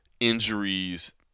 injuries